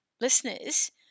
listeners